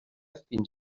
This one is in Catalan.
fins